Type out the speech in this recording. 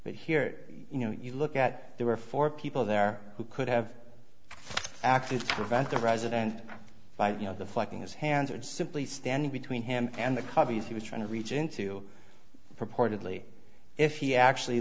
but here you know you look at there were four people there who could have actually prevent the president by you know the fucking his hands or simply standing between him and the coveys he was trying to reach into purportedly if he actually